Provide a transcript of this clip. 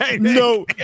no